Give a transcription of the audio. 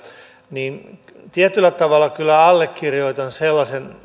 niin tietyllä tavalla kyllä allekirjoitan myös sellaisen